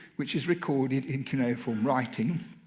which is recorded in cuneiform writing.